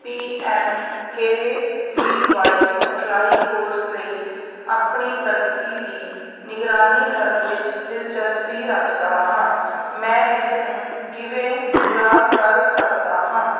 ਪੀ M K V Y ਸਿਖਲਾਈ course ਲਈ ਆਪਣੀ ਪ੍ਰਗਤੀ ਦੀ ਨਿਗਰਾਨੀ ਕਰਨ ਵਿੱਚ ਦਿਲਚਸਪੀ ਰੱਖਦਾ ਹਾਂ ਮੈਂ ਇਸ ਨੂੰ ਕਿਵੇਂ ਪੂਰਾ ਕਰ ਸਕਦਾ ਹਾਂ